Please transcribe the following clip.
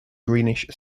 greenish